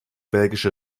belgische